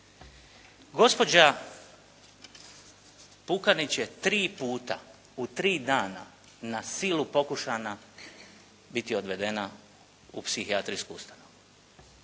Gospođa Pukanić je tri puta u tri dana na silu pokušana biti odvedena u psihijatrijsku ustanovu.